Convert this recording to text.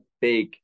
big